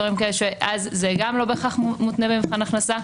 דברים כאלה שאז זה גם לא בהכרח מותנה במבחן הכנסה.